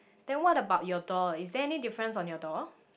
then what about your door is there any difference on your door